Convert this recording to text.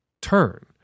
turn